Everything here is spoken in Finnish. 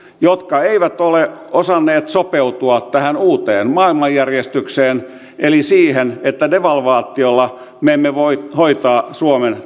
jotka eivät ole osanneet sopeutua tähän uuteen maailmanjärjestykseen eli siihen että devalvaatiolla me emme voi hoitaa suomen